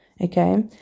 Okay